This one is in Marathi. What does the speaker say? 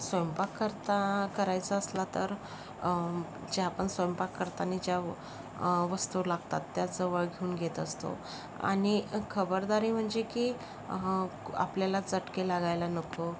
स्वयंपाक करता करायचा असला तर जे आपण स्वयंपाक करतांनी ज्या व वस्तू लागतात त्या जवळ घेऊन घेत असतो आणि खबरदारी म्हणजे की आपल्याला चटके लागायला नको